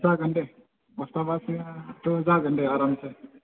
जागोन दे फासथाबासोआथ' जागोन दे आरामसे